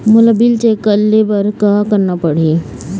मोला bill check ले हे बर का करना पड़ही ही?